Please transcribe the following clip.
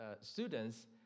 students